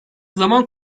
zaman